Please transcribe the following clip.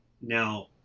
now